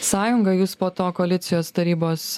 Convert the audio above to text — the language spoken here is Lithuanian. sąjunga jūs po to koalicijos tarybos